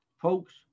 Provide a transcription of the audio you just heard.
Folks